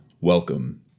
welcome